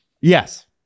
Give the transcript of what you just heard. Yes